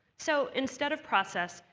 so instead of process,